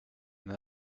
that